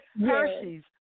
Hershey's